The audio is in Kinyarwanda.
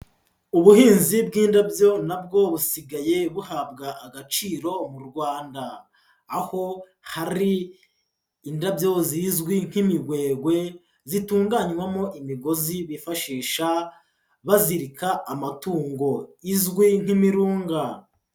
Ubuhinzi bw'indabyo na bwo busigaye buhabwa agaciro mu Rwanda, aho hari indabyo zizwi nk'imigwegwe, zitunganywamo imigozi bifashisha bazirika amatungo, izwi nk'imirunga.